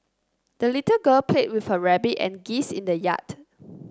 the little girl played with her rabbit and geese in the yard